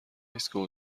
ایستگاه